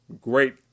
great